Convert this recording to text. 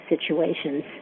situations